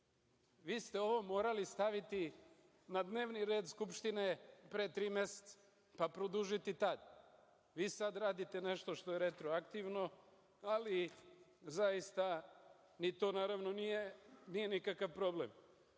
ste ovo morali da stavite na dnevni red Skupštine pre tri meseca, pa produžiti i tad. Vi sada radite nešto što je retroaktivno, ali zaista ni to naravno nije nikakav problem.I,